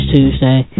Tuesday